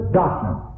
doctrine